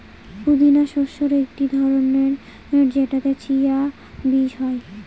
পুদিনা শস্যের একটি ধরন যেটাতে চিয়া বীজ হয়